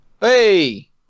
Hey